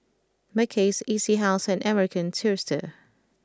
Mackays E C House and American Tourister